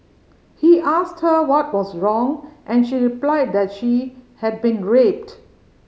he asked her what was wrong and she replied that she had been raped